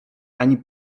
ani